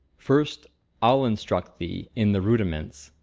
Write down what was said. first i'll instruct thee in the rudiments,